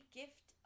gift